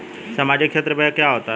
सामाजिक क्षेत्र व्यय क्या है?